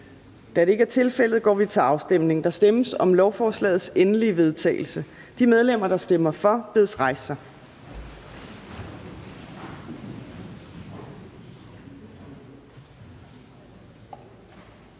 Fjerde næstformand (Trine Torp): Der stemmes om lovforslagets endelige vedtagelse. De medlemmer, der stemmer for, bedes rejse sig.